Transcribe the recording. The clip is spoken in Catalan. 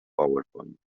powerpoint